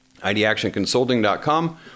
idactionconsulting.com